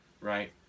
Right